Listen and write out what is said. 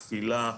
תפילה,